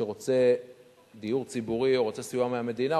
שרוצה דיור ציבורי או רוצה סיוע מהמדינה,